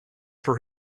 for